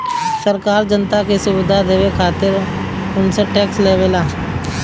सरकार जनता के सुविधा देवे खातिर उनसे टेक्स लेवेला